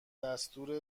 دستور